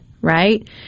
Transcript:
right